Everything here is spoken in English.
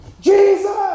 Jesus